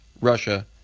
Russia